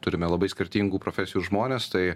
turime labai skirtingų profesijų žmones tai